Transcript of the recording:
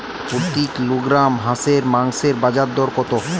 প্রতি কিলোগ্রাম হাঁসের মাংসের বাজার দর কত?